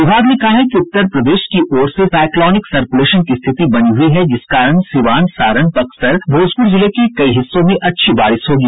विभाग ने कहा है कि उत्तर प्रदेश की ओर से साईक्लॉनिक सर्कुलेशन की स्थिति बनी हुई है जिस कारण सीवान सारण बक्सर और भोजपुर जिले के कई हिस्सों में अच्छी बारिश होगी